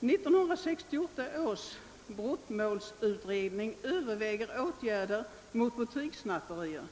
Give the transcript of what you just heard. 1968 års brottmålsutredning överväger åtgärder mot butikssnatterier.